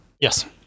Yes